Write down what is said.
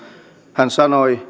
hän sanoi